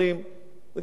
וגם לא מעניין אותי.